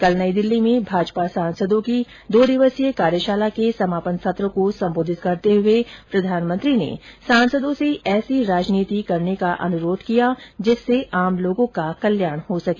कल नई दिल्ली में भाजपा सांसदों की दो दिवसीय कार्यशाला के समापन सत्र को संबोधित करते हए प्रधानमंत्री ने सांसदों से ऐसी राजनीति करने का अनुरोध किया जिससे आम लोगों का कल्याण हो सके